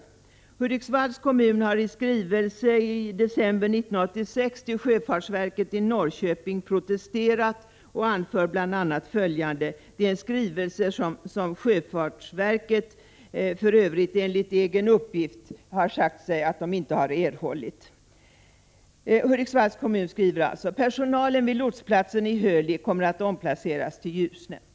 Hudiksvalls kommun har i skrivelse i december 1986 till sjöfartsverket i Norrköping protesterat och anför bl.a. följande i en skrivelse som sjöfartsverket för övrigt enligt egen uppgift inte erhållit: ”Personalen vid lotsplatsen i Hölick kommer att omplaceras till Ljusne.